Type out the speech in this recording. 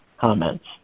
comments